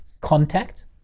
contact